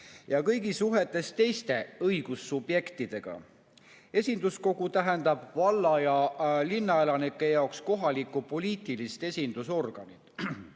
kõigis suhetes teiste õigussubjektidega. Esinduskogu tähendab valla- ja linnaelanike jaoks kohalikku poliitilist esindusorganit.